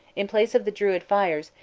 in place of the druid fires,